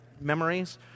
memories